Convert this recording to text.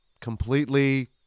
completely